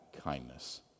kindness